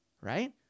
Right